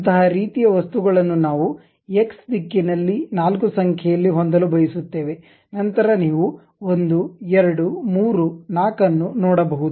ಅಂತಹ ರೀತಿಯ ವಸ್ತುಗಳನ್ನು ನಾವು ಎಕ್ಸ್ ದಿಕ್ಕಿನಲ್ಲಿ ನಾಲ್ಕು ಸಂಖ್ಯೆಯಲ್ಲಿ ಹೊಂದಲು ಬಯಸುತ್ತೇವೆ ನಂತರ ನೀವು 1 2 3 4 ಅನ್ನು ನೋಡಬಹುದು